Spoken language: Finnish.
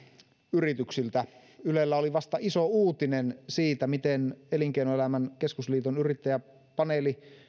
yrityksiltä ylellä oli vasta iso uutinen siitä miten elinkeinoelämän keskusliiton yrittäjäpaneeli